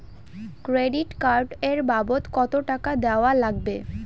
Credit card এর বাবদ কতো টাকা দেওয়া লাগবে?